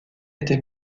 été